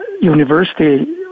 university